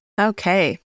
Okay